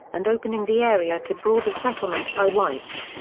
and opening the area to broader settlement by whites.